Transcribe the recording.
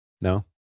No